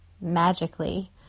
magically